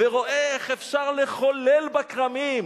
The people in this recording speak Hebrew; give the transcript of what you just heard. ורואה איך אפשר לחולל בכרמים,